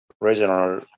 regional